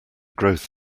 growth